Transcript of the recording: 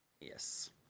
yes